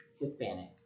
Hispanic